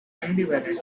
ambivalent